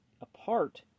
apart